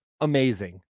Amazing